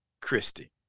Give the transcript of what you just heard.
Christie